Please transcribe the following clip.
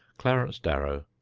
clarence darrow.